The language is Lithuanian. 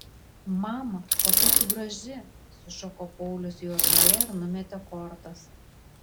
mama kokia tu graži sušuko paulius jozuė ir numetė kortas